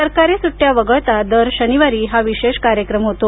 सरकारी सुड्ट्या वगळता दर शनिवारी हा विशेष कार्यक्रम होतो